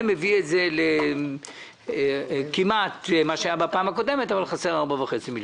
שזה מביא את זה כמעט למה שהיה בפעם הקודמת חסר 4.5 מיליון.